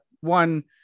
one